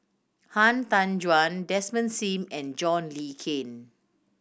Han Tan Juan Desmond Sim and John Le Cain